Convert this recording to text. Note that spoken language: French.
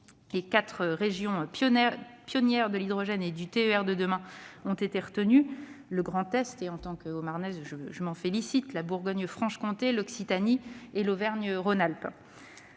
ans. Quatre régions pionnières de l'hydrogène et du TER de demain ont été retenues : le Grand Est- en tant que Haut-Marnaise, je m'en félicite -, la Bourgogne-Franche-Comté, l'Occitanie et la région Auvergne-Rhône-Alpes.